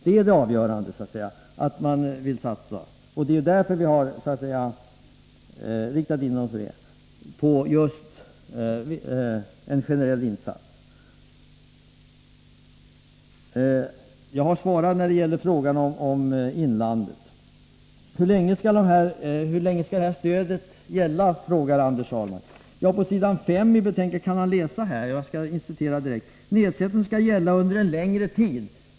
Det är det avgörande 16 december 1983 för att vi har riktat in oss på en generell insats. Jag har svarat när det gäller frågan om inlandet. Nedsättning av so Hur länge skall det här stödet gälla, frågar Anders Högmark. Jag kan cialavgifter och allåterge vad som står i betänkandet, nämligen: Nedsättningen skall gälla under — män löneavgifti en längre tid.